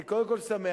אני קודם כול שמח